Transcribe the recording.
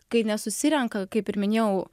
kai nesusirenka kaip ir minėjau